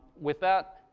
with that,